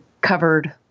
covered